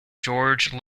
george